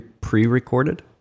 pre-recorded